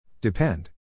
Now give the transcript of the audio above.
Depend